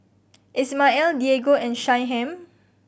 Ismael Diego and Shyheim